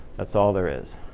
that's all there is.